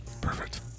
Perfect